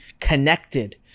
connected